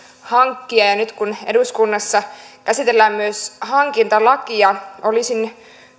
hankkija ja nyt kun eduskunnassa käsitellään myös hankintalakia olisin